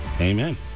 Amen